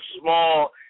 small